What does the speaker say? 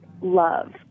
love